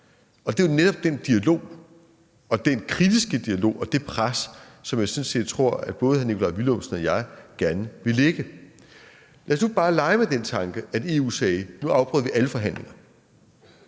Og det er jo netop den dialog, den kritiske dialog og det pres, som jeg sådan set tror at både hr. Nikolaj Villumsen og jeg gerne vil lægge. Lad os nu bare lege med den tanke, at EU sagde: Nu afbryder vi alle forhandlinger.